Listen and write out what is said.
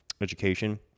education